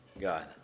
God